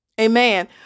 Amen